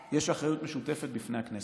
נכון, אבל לממשלה יש אחריות משותפת בפני הכנסת.